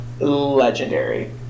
legendary